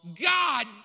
God